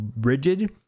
rigid